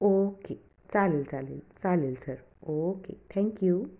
okay चालेल चालेल चालेल सर ओके थँक्यू